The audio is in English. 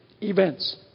events